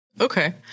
Okay